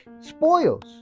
spoils